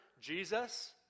Jesus